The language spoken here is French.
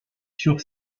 sur